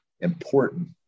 important